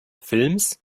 films